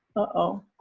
oh.